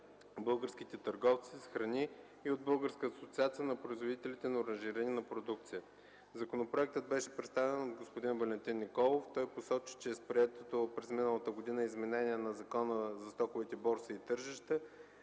българските търговци с храни и от Българската асоциация на производителите на оранжерийна продукция. Законопроектът беше представен от господин Валентин Николов. Той посочи, че с приетото през миналата година изменение на Закона за стоковите борси и тържищата